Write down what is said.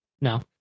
No